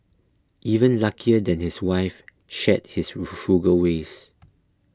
even luckier that his wife shared his frugal ways